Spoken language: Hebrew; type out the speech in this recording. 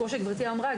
כמו שגברתי אמרה,